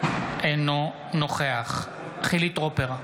אינו נוכח חילי טרופר,